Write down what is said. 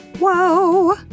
Whoa